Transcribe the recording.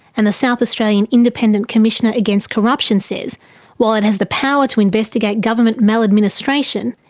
and the south australian independent commissioner against corruption says while it has the power to investigate government maladministration,